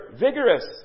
vigorous